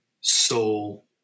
soul